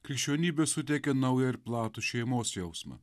krikščionybė suteikė naują ir platų šeimos jausmą